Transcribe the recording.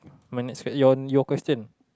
my next your your question